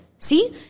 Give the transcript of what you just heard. See